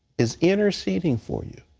is interceding for you.